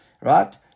right